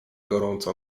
gorąca